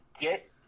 get